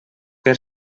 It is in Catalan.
per